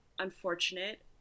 Unfortunate